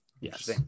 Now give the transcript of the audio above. Yes